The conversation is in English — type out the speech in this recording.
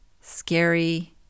scary